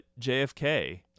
JFK